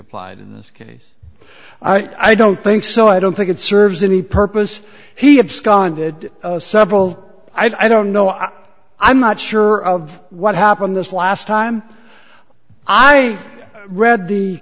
applied in this case i don't think so i don't think it serves any purpose he absconded several i don't know i i'm not sure of what happened this last time i read the